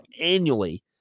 annually